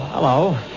Hello